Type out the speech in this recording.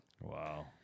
Wow